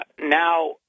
now